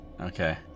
Okay